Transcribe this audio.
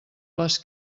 les